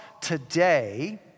today